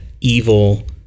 evil